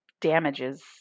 damages